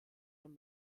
dem